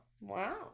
Wow